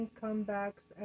comebacks